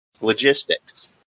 Logistics